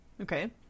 Okay